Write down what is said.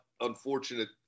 unfortunate